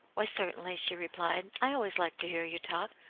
why, certainly, she replied. i always liked to hear you talk.